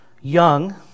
young